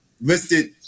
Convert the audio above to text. listed